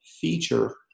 feature